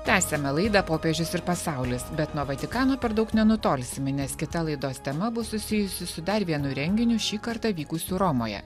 tęsiame laidą popiežius ir pasaulis bet nuo vatikano per daug nenutolsime nes kita laidos tema bus susijusi su dar vienu renginiu šį kartą vykusių romoje